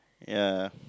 ya